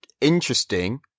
interesting